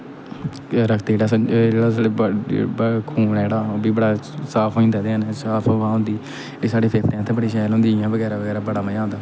रक्त जेह्ड़ा साढ़ा खून ऐ जेह्ड़ा ओह् बी बड़ा साफ होई जंदा उ'दे कन्नै हवा होंदी साढ़े फेफड़े आस्तै बड़ी शैल होंदी बगैरा बगैरा बड़ा मजा आंदा